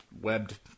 webbed